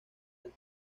del